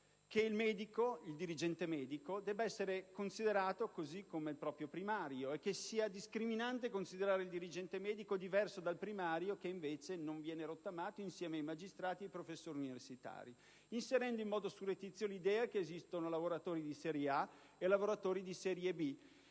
il dirigente medico debba essere considerato come il primario e che sia discriminante considerarlo diversamente dal primario, che invece non viene rottamato, insieme ai magistrati e ai professori universitari, inserendo in modo surrettizio l'idea che esistano lavoratori di serie A e lavoratori di serie B